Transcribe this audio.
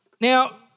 Now